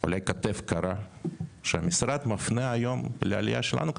אולי כתף קרה שהמשרד מפנה היום לעלייה שלנו.